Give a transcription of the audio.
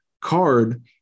Card